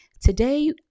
today